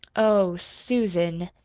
oh, susan!